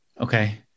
Okay